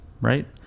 right